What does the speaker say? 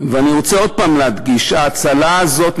רוצה עוד פעם להדגיש: ההאצלה הזאת,